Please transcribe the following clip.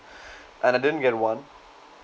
and I didn't get one